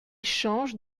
changent